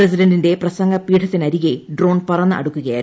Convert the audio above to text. പ്രസിഡന്റിന്റെ പ്രസംഗ പീഠത്തിനരികെ ഡ്രോൺ പറന്ന് അടുക്കുകയായിരുന്നു